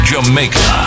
Jamaica